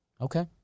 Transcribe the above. Okay